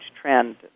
trend